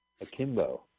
Akimbo